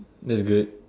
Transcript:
that's good